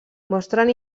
mostren